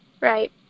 Right